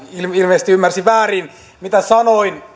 ilmeisesti ymmärsi väärin mitä sanoin